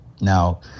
now